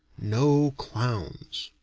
no clowns.